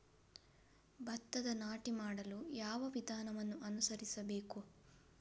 ಭತ್ತದ ನಾಟಿ ಮಾಡಲು ಯಾವ ವಿಧಾನವನ್ನು ಅನುಸರಿಸಬೇಕು?